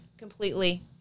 completely